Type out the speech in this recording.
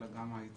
אלא גם היציבות,